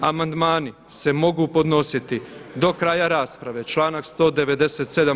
Amandmani se mogu podnositi do kraja rasprave, članak 197.